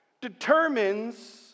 determines